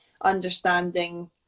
understanding